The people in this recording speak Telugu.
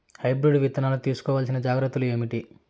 హైబ్రిడ్ విత్తనాలు తీసుకోవాల్సిన జాగ్రత్తలు ఏంటి?